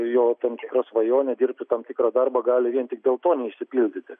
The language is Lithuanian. jo tam tikra svajonė dirbti tam tikrą darbą gali vien tik dėl to neišsipildyti